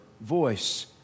voice